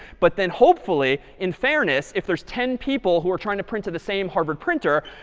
but then hopefully, in fairness, if there's ten people who are trying to print to the same harvard printer,